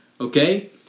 okay